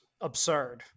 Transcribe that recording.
absurd